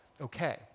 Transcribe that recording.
okay